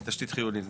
תשתית חיונית.